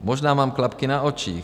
Možná mám klapky na očích.